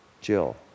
Jill